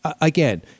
again